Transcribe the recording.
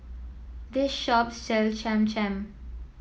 this shop sell Cham Cham